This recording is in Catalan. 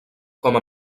com